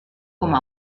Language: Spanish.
como